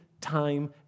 time